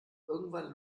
irgendwann